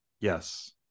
Yes